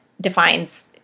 defines